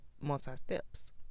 Multi-steps